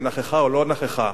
נכחה או לא נכחה.